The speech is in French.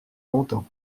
longtemps